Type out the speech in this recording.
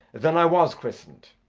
then i was christened!